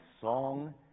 song